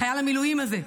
חייל המילואים הזה,